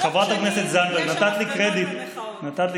חברת הכנסת זנדברג, נתת לי קרדיט קודם.